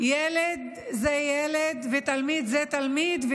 שילד הוא ילד ותלמיד הוא תלמיד,